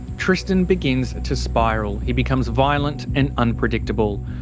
tristan begins to spiral. he becomes violent and unpredictable.